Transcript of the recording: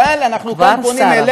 אבל אנחנו כאן פונים אליך,